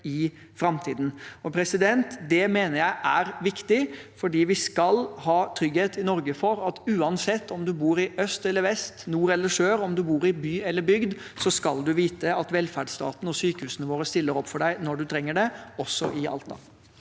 i framtiden. Det mener jeg er viktig, for i Norge skal vi ha trygghet for at uansett om du bor i øst eller vest, nord eller sør, by eller bygd, skal du vite at velferdsstaten og sykehusene våre stiller opp for deg når du trenger det, også i Alta.